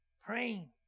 praying